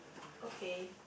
okay